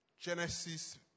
Genesis